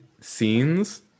scenes